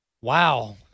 wow